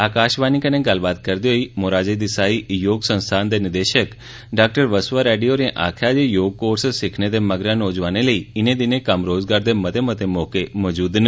आकाषवाणी कन्ने गल्ल करदे होई मोराजी देसाई योग संस्थान दे निदेषक डा वसवा रेड्डी होरें आक्खेया जे योग कोर्स सिक्खने दे मगरा नौजुआनें लेई इने दिनें कम्म रोजगार दे मते मते मौके मौजूद न